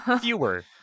Fewer